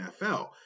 NFL